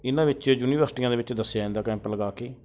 ਇਹਨਾਂ ਵਿੱਚ ਯੂਨੀਵਰਸਿਟੀਆਂ ਦੇ ਵਿੱਚ ਦੱਸਿਆ ਜਾਂਦਾ ਕੈਂਪ ਲਗਾ ਕੇ